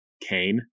Cain